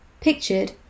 Pictured